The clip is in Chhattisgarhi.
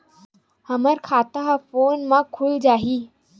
हमर खाता ह फोन मा खुल जाही?